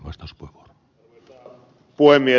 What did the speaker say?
arvoisa puhemies